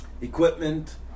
equipment